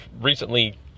recently